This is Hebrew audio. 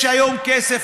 יש היום כסף,